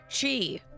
chi